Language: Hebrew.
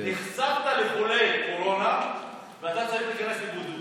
נחשפת לחולה קורונה ואתה צריך להיכנס לבידוד.